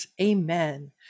Amen